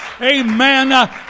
amen